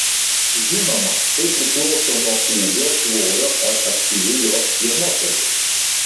žinoma tai priklauso nuo ūgio svorio ar aktyvi jos dienotvarkė